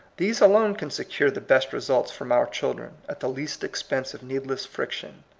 these alone can secure the best results from our children, at the least expense of needless friction.